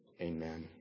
amen